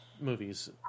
movies